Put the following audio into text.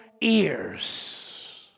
ears